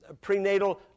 prenatal